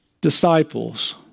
disciples